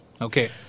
Okay